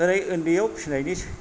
दिनै उन्दैआव फिनायनि